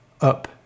up